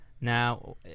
Now